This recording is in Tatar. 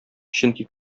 чөнки